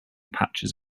patches